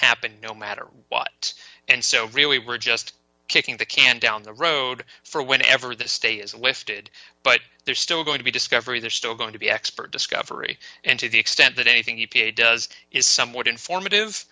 happen no matter what and so really we're just kicking the can down the road for when ever the stay is lifted but they're still going to be discovery they're still going to be expert discovery and to the extent that anything he does is somewhat informative